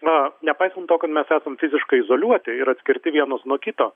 na nepaisant to kad mes esam fiziškai izoliuoti ir atskirti vienas nuo kito